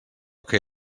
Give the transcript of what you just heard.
que